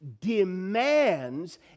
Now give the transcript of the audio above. demands